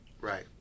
Right